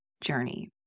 journey